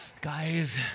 Guys